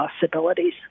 possibilities